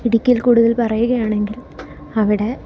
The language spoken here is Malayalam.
ഇടുക്കിയിൽ കൂടുതൽ പറയുകയാണെങ്കിൽ അവിടെ